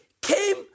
came